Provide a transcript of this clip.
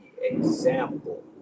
example